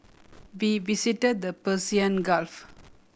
we visited the Persian Gulf